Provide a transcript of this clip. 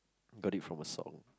got it from a song